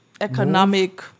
economic